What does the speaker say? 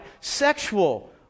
sexual